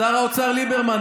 שר האוצר ליברמן.